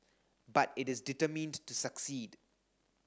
but it is determined to succeed